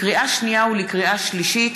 לקריאה שנייה ולקריאה שלישית,